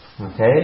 okay